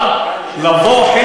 אבל לבוא,